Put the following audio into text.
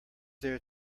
there